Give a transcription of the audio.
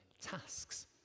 tasks